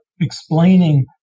explaining